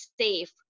safe